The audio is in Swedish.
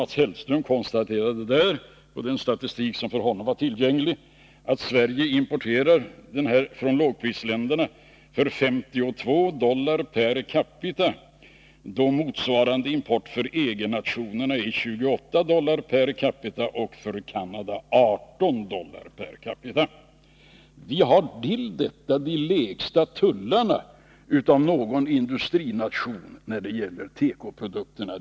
Mats Hellström konstaterade då, med hjälp av den statistik som för honom var tillgänglig, att Sverige har en klädimport från lågprisländerna på 52 dollar per capita. Motsvarande import för EG nationerna är 28 dollar per capita och för Canada 18 dollar per capita. Vi har dessutom de lägsta tullarna bland industrinationerna när det gäller tekoprodukterna.